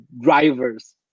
drivers